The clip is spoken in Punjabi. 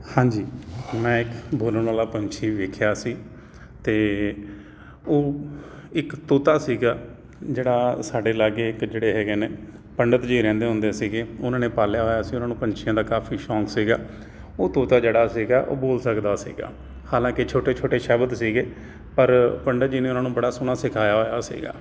ਹਾਂਜੀ ਮੈਂ ਇੱਕ ਬੋਲਣ ਵਾਲਾ ਪੰਛੀ ਵੇਖਿਆ ਸੀ ਅਤੇ ਉਹ ਇੱਕ ਤੋਤਾ ਸੀਗਾ ਜਿਹੜਾ ਸਾਡੇ ਲਾਗੇ ਇੱਕ ਜਿਹੜੇ ਹੈਗੇ ਨੇ ਪੰਡਿਤ ਜੀ ਰਹਿੰਦੇ ਹੁੰਦੇ ਸੀਗੇ ਉਹਨਾਂ ਨੇ ਪਾਲਿਆ ਹੋਇਆ ਸੀ ਉਹਨਾਂ ਨੂੰ ਪੰਛੀਆਂ ਦਾ ਕਾਫ਼ੀ ਸ਼ੌਂਕ ਸੀਗਾ ਉਹ ਤੋਤਾ ਜਿਹੜਾ ਸੀਗਾ ਉਹ ਬੋਲ ਸਕਦਾ ਸੀਗਾ ਹਾਲਾਂਕਿ ਛੋਟੇ ਛੋਟੇ ਸ਼ਬਦ ਸੀਗੇ ਪਰ ਪੰਡਿਤ ਜੀ ਨੇ ਉਹਨਾਂ ਨੂੰ ਬੜਾ ਸੋਹਣਾ ਸਿਖਾਇਆ ਹੋਇਆ ਸੀਗਾ